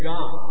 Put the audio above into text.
God